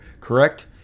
Correct